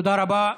תודה רבה.